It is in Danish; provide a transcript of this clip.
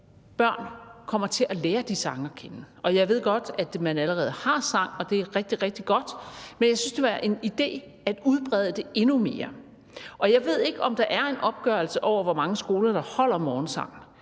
børn kommer til at lære de sange at kende. Jeg ved godt, at man allerede har sang i skolen, og det er rigtig, rigtig godt, men jeg synes, det kunne være en idé at udbrede det endnu mere. Jeg ved ikke, om der er en opgørelse over, hvor mange skoler der holder morgensang.